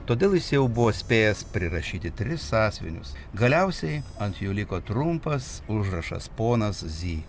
todėl jis jau buvo spėjęs prirašyti tris sąsiuvinius galiausiai ant jų liko trumpas užrašas ponas zy